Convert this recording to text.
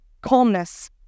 calmness